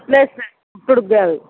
కుట్లు వేస్తే కుట్టుడుకు కాదు